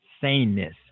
saneness